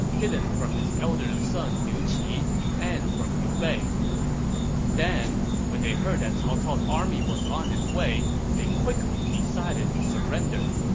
hidden from his elder son liu qi and from liu bei then, when they heard that cao cao's army was on its way, they quickly decided to surrender.